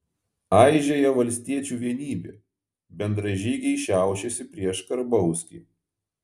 aižėja valstiečių vienybė bendražygiai šiaušiasi prieš karbauskį